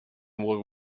world